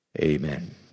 Amen